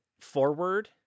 forward